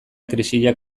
krisiak